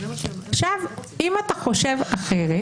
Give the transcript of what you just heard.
אם אתה חושב אחרת